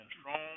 strong